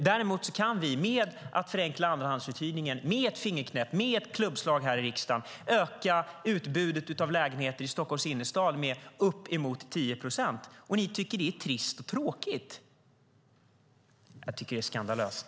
Däremot kan vi genom att förenkla andrahandsuthyrningen med ett fingerknäpp, med ett klubbslag här i riksdagen, öka utbudet av lägenheter i Stockholms innerstad med uppemot 10 procent. Ni tycker att det är trist och tråkigt. Det är skandalöst.